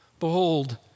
Behold